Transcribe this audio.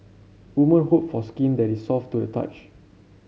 women hope for skin that is soft to the touch